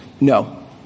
no